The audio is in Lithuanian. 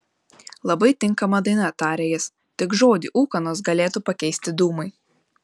labai tinkama daina tarė jis tik žodį ūkanos galėtų pakeisti dūmai